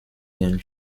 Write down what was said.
den